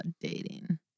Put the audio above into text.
dating